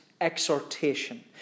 exhortation